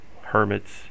Hermits